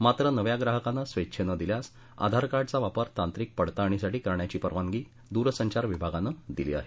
मात्र नव्या ग्राहकानं स्वेच्छेनं दिल्यास आधारकार्डचा वापर तांत्रिक पडताळणीसाठी करण्याची परवानगी दूरसंचार विभागानं दिली आहे